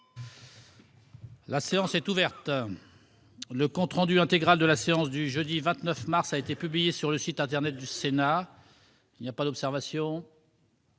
La séance est ouverte. Le compte rendu intégral de la séance du jeudi 29 mars a été publié sur le site internet du Sénat. Il n'y a pas d'observation ?